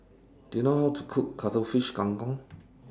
Do YOU know How to Cook Cuttlefish Kang Kong